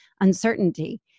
uncertainty